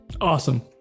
Awesome